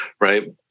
Right